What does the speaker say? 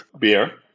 beer